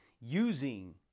using